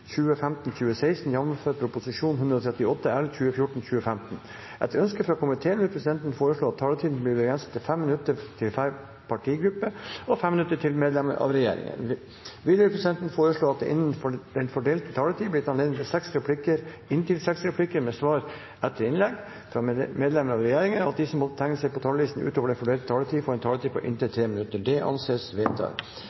minutter til medlemmer av regjeringen. Videre vil presidenten foreslå at det blir gitt anledning til replikkordskifte på inntil seks replikker med svar etter innlegg fra medlemmer av regjeringen innenfor den fordelte taletid, og at de som måtte tegne seg på talerlisten utover den fordelte taletid, får en taletid på inntil 3 minutter. – Det anses vedtatt.